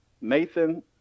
Nathan